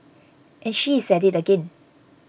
and she is at it again